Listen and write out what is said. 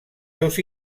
seus